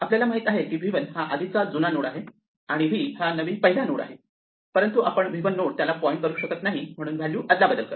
आपल्याला माहिती आहे की v 1 हा आधीचा जुना नोड आहे आणि v हा नवीन पहिला नोड आहे परंतु आपण v 1 नोड त्याला पॉईंट करू शकत नाही म्हणून व्हॅल्यू आदलाबदल करा